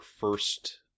first